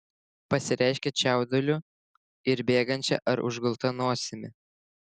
pasireiškia čiauduliu ir bėgančia ar užgulta nosimi